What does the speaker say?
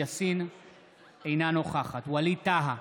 אינה נוכחת ווליד טאהא,